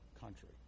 country